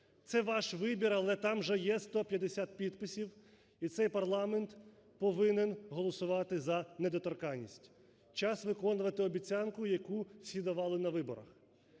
Це ваш вибір, але там вже є 150 підписів, і цей парламент повинен голосувати за недоторканність. Час виконувати обіцянку, яку всі давали на виборах.